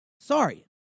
sorry